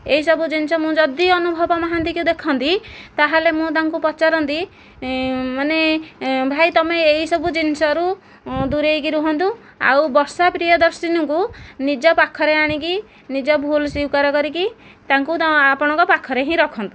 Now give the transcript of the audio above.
ଏଇସବୁ ଜିନିଷ ମୁଁ ଯଦି ଅନୁଭବ ମହାନ୍ତିକି ଦେଖନ୍ତି ତାହାଲେ ମୁଁ ତାଙ୍କୁ ପଚାରନ୍ତି ମାନେ ଭାଇ ତମେ ଏହିସବୁ ଜିନିଷରୁ ଦୂରେଇକି ରୁହନ୍ତୁ ଆଉ ବର୍ଷା ପ୍ରିୟଦର୍ଶିନୀଙ୍କୁ ନିଜ ପାଖରେ ଆଣିକି ନିଜ ଭୁଲ ସ୍ଵୀକାର କରିକି ତାଙ୍କୁ ତା ଆପଣଙ୍କ ପାଖରେ ହିଁ ରଖନ୍ତୁ